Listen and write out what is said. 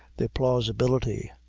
their plausibility,